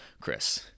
Chris